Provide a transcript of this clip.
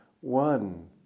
one